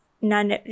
none